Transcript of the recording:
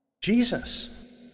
Jesus